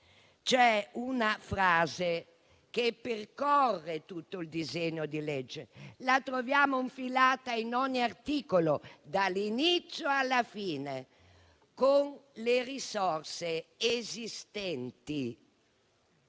Una frase percorre tutto il disegno di legge e la ritroviamo presente in ogni articolo, dall'inizio alla fine: «con le risorse esistenti».